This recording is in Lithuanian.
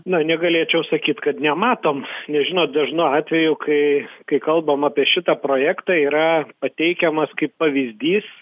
na negalėčiau sakyt kad nematom nes žinot dažnu atveju kai kai kalbam apie šitą projektą yra pateikiamas kaip pavyzdys